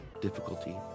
difficulty